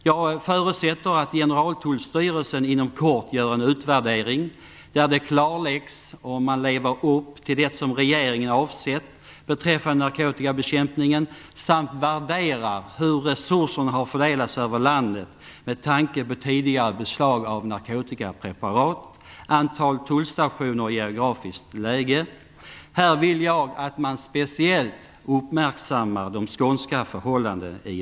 Jag förutsätter att Generaltullstyrelsen inom kort gör en utvärdering, där det klarläggs om man lever upp till det som regeringen avsett beträffande narkotikbekämpningen, samt värderar hur resurserna har fördelats över landet med tanke på tidigare beslag av narkotikapreparat, antal tullstationer och geografiskt läge. Här vill jag att man i utvärderingen speciellt uppmärksammar de skånska förhållandena.